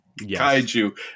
Kaiju